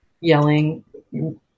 yelling